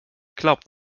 glaubt